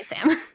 Sam